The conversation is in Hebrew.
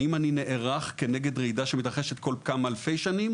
האם אני נערך כנגד רעידה שמתרחשת כל כמה אלפי שנים